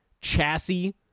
chassis